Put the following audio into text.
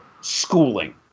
schooling